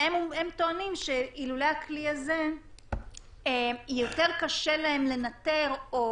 הם טוענים שאילולא הכלי הזה יותר קשה להם לנטר או